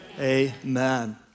amen